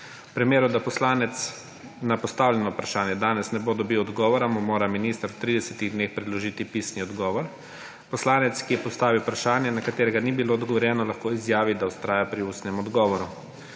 V primeru, da poslanec na postavljeno vprašanje danes ne bo dobil odgovora, mu mora minister v 30 dneh predložiti pisni odgovor. Poslanec, ki je postavil vprašanje, na katerega ni bilo odgovorjeno, lahko izjavi, da vztraja pri ustnem odgovoru.